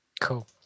Cool